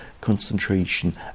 concentration